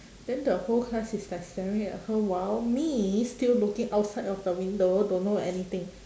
then the whole class is like staring at her while me still looking outside of the window don't know anything